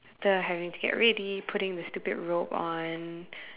the having to get ready putting the stupid robe on